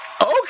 Okay